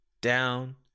down